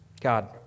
God